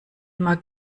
immer